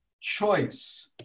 choice